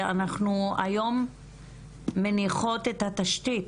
אנחנו היום מניחות את התשתית,